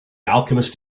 alchemist